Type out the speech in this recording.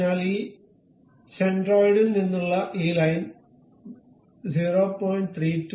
അതിനാൽ ഈ സെൻട്രോയിഡിൽ നിന്നുള്ള ഈ ലൈൻ 0